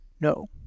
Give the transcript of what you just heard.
No